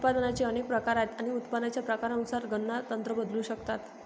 उत्पादनाचे अनेक प्रकार आहेत आणि उत्पादनाच्या प्रकारानुसार गणना तंत्र बदलू शकतात